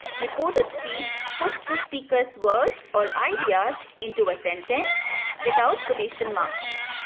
reported speech puts the speaker's words or ideas into a sentence without quotation marks.